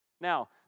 Now